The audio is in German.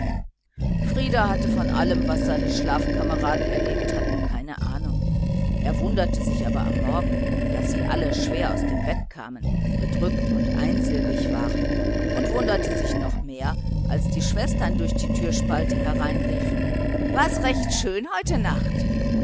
frieder hatte von allem was seine schlafkameraden erlebt hatten keine ahnung er wunderte sich aber am morgen daß sie alle schwer aus dem bett kamen bedrückt und einsilbig waren und wunderte sich noch mehr als die schwestern durch die türspalte hereinriefen war's recht schön heute nacht